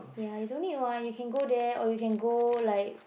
ya you don't need [what] you can go there or you can go like